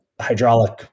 hydraulic